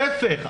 להיפך,